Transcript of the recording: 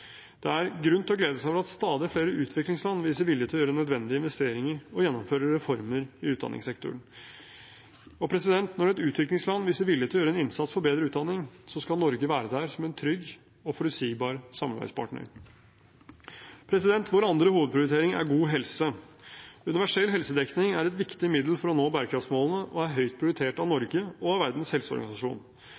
Det er grunn til å glede seg over at stadig flere utviklingsland viser vilje til å gjøre nødvendige investeringer og gjennomføre reformer i utdanningssektoren. Og når et utviklingsland viser vilje til å gjøre en innsats for bedre utdanning, skal Norge være der som en trygg og forutsigbar samarbeidspartner. Vår andre hovedprioritering er god helse. Universell helsedekning er et viktig middel for å nå bærekraftsmålene, og er høyt prioritert av Norge og av Verdens helseorganisasjon.